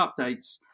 updates